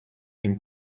ħin